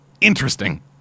interesting